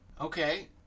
Okay